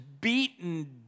beaten